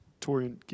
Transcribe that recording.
Torian